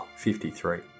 53